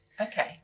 okay